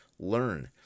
learn